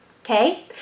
Okay